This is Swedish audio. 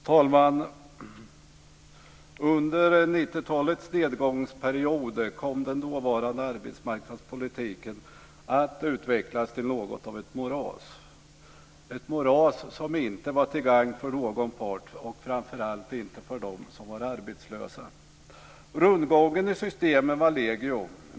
Herr talman! Under 90-talets nedgångsperiod kom den dåvarande arbetsmarknadspolitiken att utvecklas till något av ett moras - ett moras som inte var till gagn för någon part, framför allt inte för de arbetslösa. Rundgången i systemen var legio.